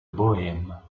bohême